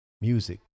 music